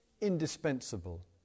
indispensable